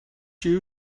you